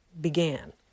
began